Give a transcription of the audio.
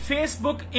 Facebook